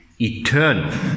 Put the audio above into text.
eternal